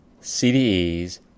CDEs